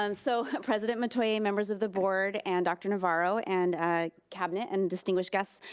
um so president metoyer, members of the board, and dr. navarro and cabinet and distinguished guests,